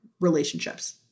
relationships